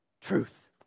truth